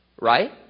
right